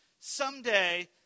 Someday